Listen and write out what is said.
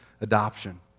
adoption